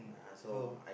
so